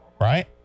right